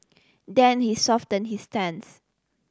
then he softened his stance